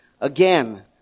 Again